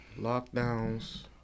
lockdowns